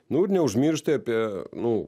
nu ir neužmiršti apie nu